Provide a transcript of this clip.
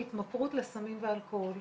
שגרם להם להתמכר בעוד שחבריהם המשיכו הלאה בחייהם.